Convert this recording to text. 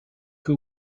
que